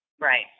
Right